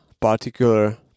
particular